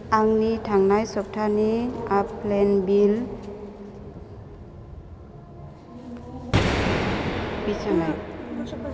आंनि थांनाय सब्थानि आल्पेनलिबे इक्लैयार्स